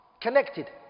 Connected